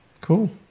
Cool